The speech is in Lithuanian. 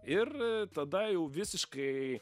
ir tada jau visiškai